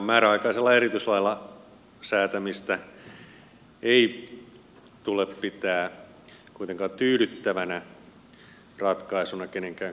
määräaikaisella erityislailla säätämistä ei tule pitää kuitenkaan tyydyttävänä ratkaisuna kenenkään kannalta